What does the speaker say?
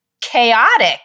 chaotic